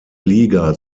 liga